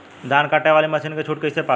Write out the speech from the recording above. धान कांटेवाली मासिन के छूट कईसे पास होला?